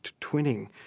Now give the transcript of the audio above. twinning